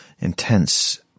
intense